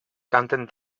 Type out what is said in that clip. canten